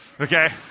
okay